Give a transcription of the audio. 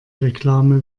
reklame